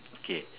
K